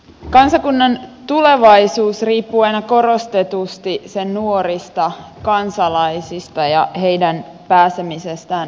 kansakunnan tulevaisuus riippuu aina korostetusti sen nuorista kansalaisista ja heidän pääsemisestään työn syrjään kiinni